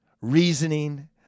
reasoning